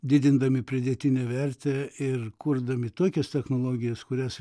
didindami pridėtinę vertę ir kurdami tokias technologijas kurias